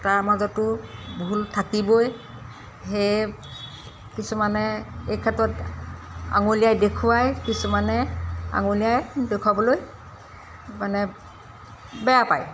তাৰ মাজতো ভুল থাকিবই সেয়ে কিছুমানে এই ক্ষেত্ৰত আঙুলিয়াই দেখুৱাই কিছুমানে আঙুলিয়াই দেখুৱাবলৈ মানে বেয়া পায়